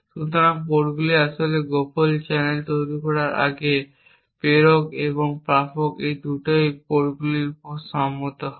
সুতরাং এই পোর্টগুলি আসলে গোপন চ্যানেল শুরু করার আগে প্রেরক এবং প্রাপক এই পোর্টগুলির উপর সম্মত হন